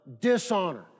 dishonor